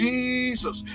Jesus